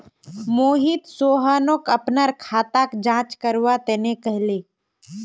मोहित सोहनक अपनार खाताक जांच करवा तने कहले